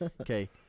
Okay